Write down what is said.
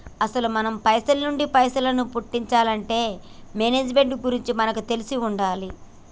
అసలు మనం పైసల నుంచి పైసలను పుట్టించాలంటే మేనేజ్మెంట్ గురించి మనకు తెలిసి ఉండాలి